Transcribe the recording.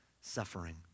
suffering